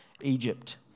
Egypt